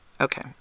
Okay